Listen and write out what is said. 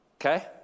okay